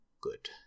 good